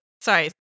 Sorry